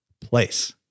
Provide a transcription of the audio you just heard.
place